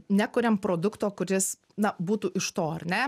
nekuriam produkto kuris na būtų iš to ar ne